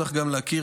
צריך גם להכיר,